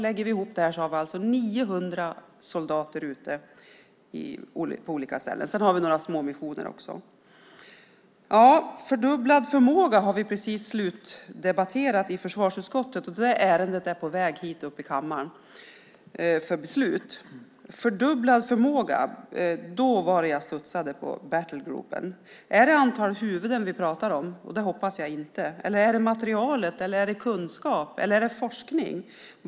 Lägger vi ihop det här har vi alltså 900 soldater ute på olika ställen. Sedan har vi några småmissioner också. Fördubblad förmåga har vi precis slutdebatterat i försvarsutskottet. Det ärendet är på väg hit upp i kammaren för beslut. Fördubblad förmåga? Det var då jag studsade på Battlegroup. Är det antalet huvuden vi pratar om? Det hoppas jag inte. Eller är det materialet, kunskapen eller forskningen?